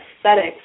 aesthetics